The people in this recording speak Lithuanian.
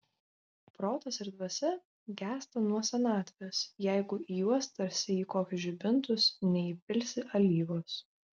protas ir dvasia gęsta nuo senatvės jeigu į juos tarsi į kokius žibintus neįpilsi alyvos